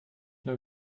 nur